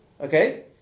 Okay